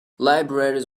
libraries